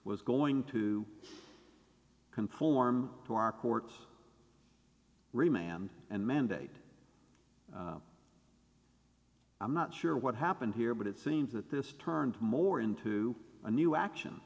was going to conform to our court remain am and mandate i'm not sure what happened here but it seems that this turned more into a new action